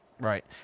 Right